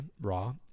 raw